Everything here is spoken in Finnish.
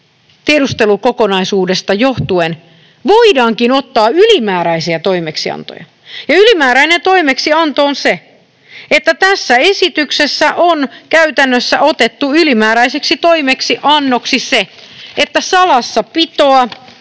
tiedustelukokonaisuudesta johtuen voidaankin ottaa ylimääräisiä toimeksiantoja. Ja tässä esityksessä on käytännössä otettu ylimääräiseksi toimeksiannoksi se, että salassapitoa